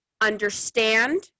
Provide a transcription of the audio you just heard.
understand